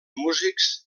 músics